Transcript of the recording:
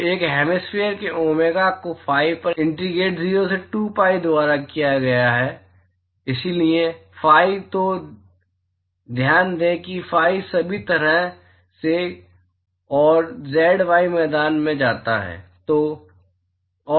तो एक हेमिस्फेयर के ओमेगा को फी पर इंटीग्रल 0 से 2 पीआई द्वारा दिया जाता है इसलिए फाइ तो ध्यान दें कि फाइ सभी तरह से और जेड वाई मैदान में जाता है